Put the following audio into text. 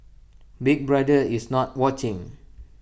Big Brother is not watching